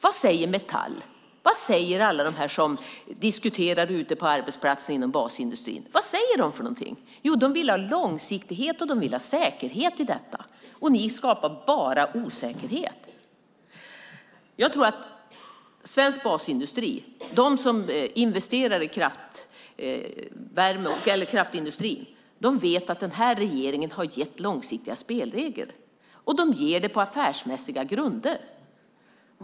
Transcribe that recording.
Vad säger Metall och alla de som diskuterar ute på arbetsplatser i basindustrin? Jo, de vill ha långsiktighet och säkerhet i detta. Ni skapar bara osäkerhet. Jag tror att svensk basindustri, de som investerar i kraftindustrin, vet att den här regeringen har gett långsiktiga spelregler, och det sker på affärsmässiga grunder.